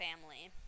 family